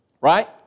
Right